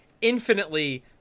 infinitely